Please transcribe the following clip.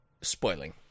spoiling